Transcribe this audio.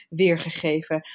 weergegeven